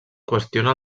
qüestiona